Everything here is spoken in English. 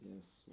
Yes